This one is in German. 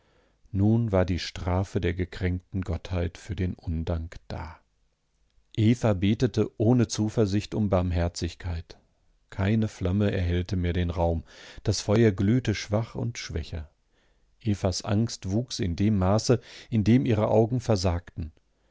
nun war die strafe der gekränkten gottheit für den undank da eva betete ohne zuversicht um barmherzigkeit keine flamme erhellte mehr den raum das feuer glühte schwach und schwächer evas angst wuchs in dem maße in dem ihre augen versagten